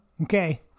okay